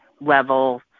level